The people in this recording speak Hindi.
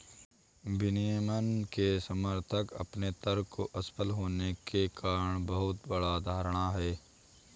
विनियमन के समर्थक अपने तर्कों को असफल होने के लिए बहुत बड़ा धारणा पर हैं